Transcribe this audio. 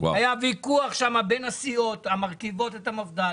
היה ויכוח שם בין הסיעות המרכיבות את המפד"ל.